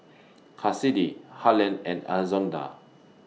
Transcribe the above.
Cassidy Harland and Alonza